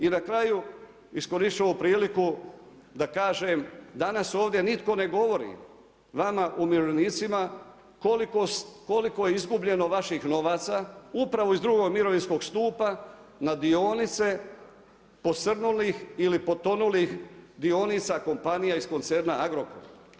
I na kraju iskoristiti ću ovu priliku da kažem, danas ovdje nitko ne govori vama umirovljenicima koliko je izgubljeno vaših novaca upravo iz II. mirovinskog stupa na dionice posrnulih ili potonulih dionica kompanija iz koncerna Agrokor.